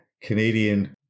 Canadian